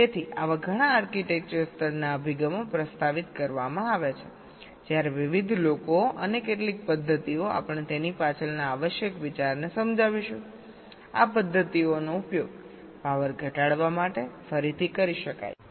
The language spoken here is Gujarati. તેથી આવા ઘણા આર્કિટેક્ચર સ્તરના અભિગમો પ્રસ્તાવિત કરવામાં આવ્યા છે જ્યારે વિવિધ લોકો અને કેટલીક પદ્ધતિઓ આપણે તેની પાછળના આવશ્યક વિચારને સમજાવીશું આ પદ્ધતિઓનો ઉપયોગ પાવર ઘટાડવા માટે ફરીથી કરી શકાય છે